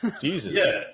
jesus